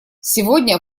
сегодня